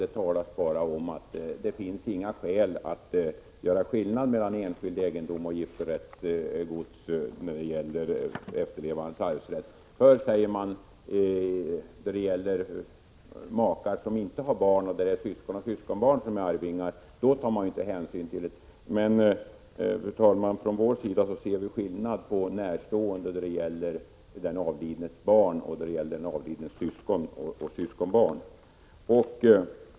Där talas bara om att det inte finns några skäl att göra skillnad mellan enskild egendom och giftorättsgods när det gäller efterlevandes arvsrätt, för, säger man, då det gäller makar som inte har barn utan då syskon och syskonbarn är arvingar tar man inte hänsyn till detta. Från vår sida ser vi emellertid skillnad på närstående i fråga om den avlidnes barn resp. den avlidnes syskon och syskonbarn.